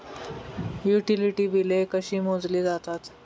Utility बिले कशी मोजली जातात?